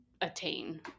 Attain